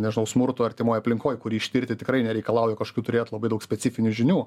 nežinau smurtu artimoj aplinkoj kurį ištirti tikrai nereikalauja kažkokių turėt labai daug specifinių žinių